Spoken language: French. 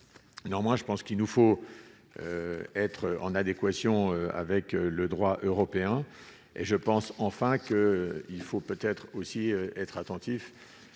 moi je pense qu'il nous faut être en adéquation avec le droit européen et je pense enfin qu'il faut peut-être aussi être attentif